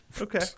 Okay